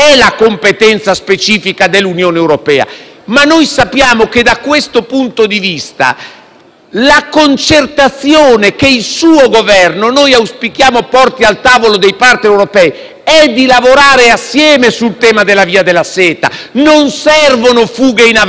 la concertazione che il suo Governo porti al tavolo dei *partner* europei è di lavorare assieme sul tema della Via della Seta. Non servono fughe in avanti, anche se evidentemente il Governo, in queste ore, ha lavorato per limare i trattati e